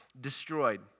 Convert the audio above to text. destroyed